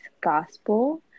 gospel